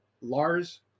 Lars